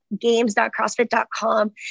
games.crossfit.com